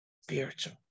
spiritual